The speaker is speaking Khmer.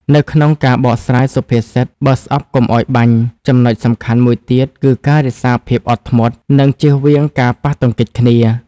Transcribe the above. នៅក្នុងការបកស្រាយសុភាសិត "បើស្អប់កុំឲ្យបាញ់" ចំណុចសំខាន់មួយទៀតគឺការរក្សាភាពអត់ធ្មត់ និងជៀសវាងការប៉ះទង្គិចគ្នា។